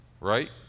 right